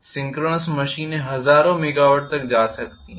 synchronous मशीनें हजारों megawatt तक जा सकती हैं